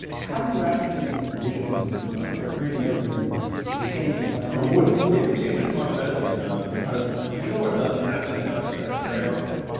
how do you actually envision the freedom dividend changing that? or would it? it would change it fundamentally, john, because you know what doesn't happen in entrepreneurship very often?